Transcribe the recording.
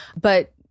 but-